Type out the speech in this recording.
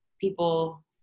people